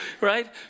right